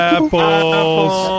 Apples